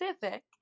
Pacific